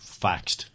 faxed